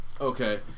Okay